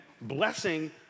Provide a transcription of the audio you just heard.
blessing